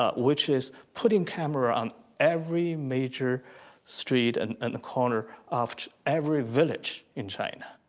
ah which is putting camera on every major street and and the corner of every village in china